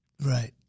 Right